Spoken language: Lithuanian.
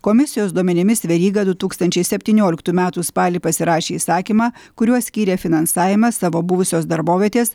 komisijos duomenimis veryga du tūkstančiai septynioliktų metų spalį pasirašė įsakymą kuriuo skyrė finansavimą savo buvusios darbovietės